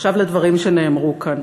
עכשיו לדברים שנאמרו כאן.